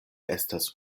estas